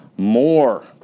More